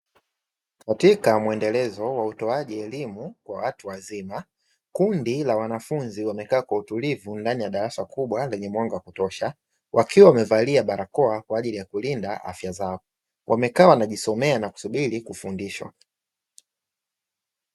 Katika mwendelezo wa utoaji elimu wa watu wazima, kundi la wanafunzi wamekaa kwa utulivu ndani ya darasa kubwa lenye mwanga wa kutosha, wakiwa wamevalia barakoa kwa ajili ya kulinda afya zao; wamekaa wanakosomea wakisubiri kufundisha.